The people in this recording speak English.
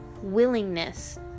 willingness